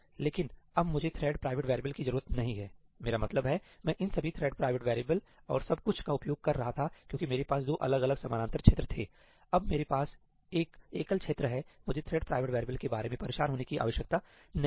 लेकिन अब मुझे थ्रेड प्राइवेट वैरिएबल की जरूरत नहीं है मेरा मतलब है मैं इन सभी थ्रेड प्राइवेट वैरिएबल और सब कुछ का उपयोग कर रहा था क्योंकि मेरे पास दो अलग अलग समानांतर क्षेत्र थे अब मेरे पास एक एकल क्षेत्र है मुझे थ्रेड प्राइवेट वैरिएबल के बारे में परेशान होने की आवश्यकता नहीं है